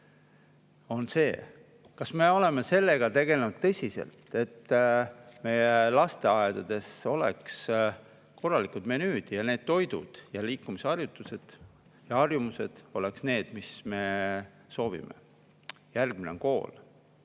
ta on. Kas me oleme sellega tegelenud tõsiselt, et meie lasteaedades oleks korralikud menüüd ja need toidud ja liikumisharjumused oleks need, mis me soovime? Järgmine on kool,